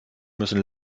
müssen